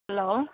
hello